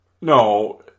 no